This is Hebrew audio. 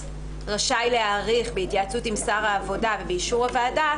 רשאי להאריך בהתייעצות עם שר העבודה ובאישור הוועדה,